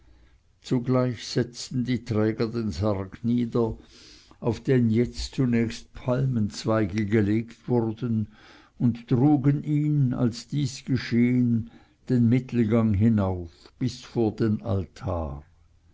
zugleich setzten die träger den sarg nieder auf den jetzt zunächst palmenzweige gelegt wurden und trugen ihn als dies geschehen den mittelgang hinauf bis vor den altar